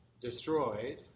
destroyed